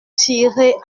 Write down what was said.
tirer